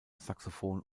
saxophon